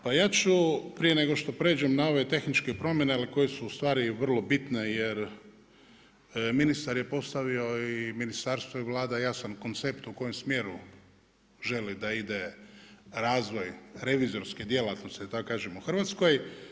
Pa ja ću prije nego što pređem na ove tehničke promjene koje su ustvari vrlo bitne jer ministar je postavio i ministarstvo i Vlada jasan koncept u kojem smjeru želi dao ide razvoj revizorske djelatnosti, da tako kažem, u Hrvatskoj.